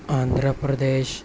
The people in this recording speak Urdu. آندھرا پردیش